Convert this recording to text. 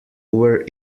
were